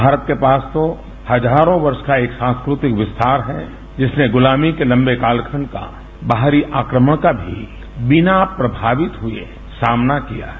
भारत के पास तो हजारों वर्ष का एक सांस्कृतिक विस्तार है जिसने गुलामी के लंबे कालखंड का बाहरी आक्रमण का भी बिना प्रभावित हुए सामना किया है